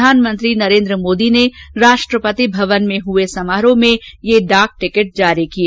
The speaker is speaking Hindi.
प्रधानमंत्री नरेन्द्र मोदी ने राष्ट्रपति भवन में हुए समारोह में ये डाक टिकट जारी किए